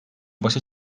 başa